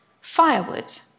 firewood